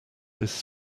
this